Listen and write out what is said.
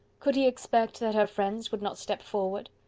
could he expect that her friends would not step forward?